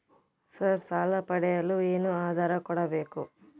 Sir ಸಾಲ ಪಡೆಯಲು ಏನು ಆಧಾರ ಕೋಡಬೇಕು?